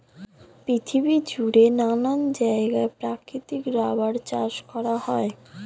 পৃথিবী জুড়ে নানা জায়গায় প্রাকৃতিক রাবার চাষ করা হয়